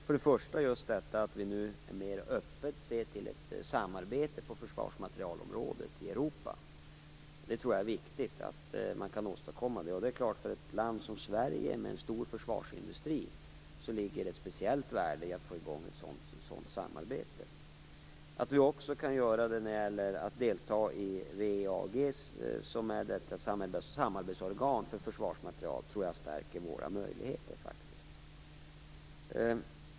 Vi är nu mer öppna för ett samarbete på försvarsmaterielområdet i Europa. Jag tror att det är viktigt att vi kan åstadkomma ett sådant samarbete, och det klart att det för ett land som Sverige med en stor försvarsindustri ligger ett speciellt värde i att få i gång ett sådant. Att vi nu också deltar i WEAG, som är ett samarbetsorgan för försvarmateriel, tror jag stärker våra möjligheter.